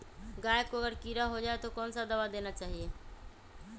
गाय को अगर कीड़ा हो जाय तो कौन सा दवा देना चाहिए?